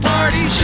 Party